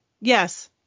yes